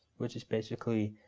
which is basically,